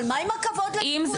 אבל מה עם הכבוד לארגונים?